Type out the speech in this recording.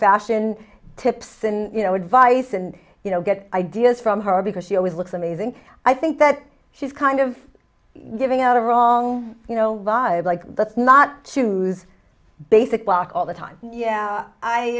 fashion tips and you know advice and you know get ideas from her because she always looks amazing i think that she's kind of giving out a wrong you know vibe like that's not choose basic walk all the time yeah i